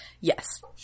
Yes